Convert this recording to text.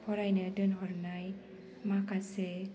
फरायनो दोनहरनाय माखासे